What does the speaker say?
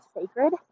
sacred